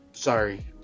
sorry